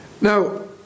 Now